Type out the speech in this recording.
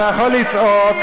זה הבסיס של הדבר הזה?